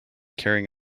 carrying